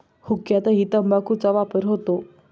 हुक्क्यातही तंबाखूचा वापर होतो